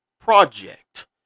Project